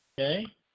Okay